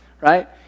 right